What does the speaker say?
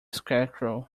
scarecrow